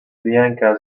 bianca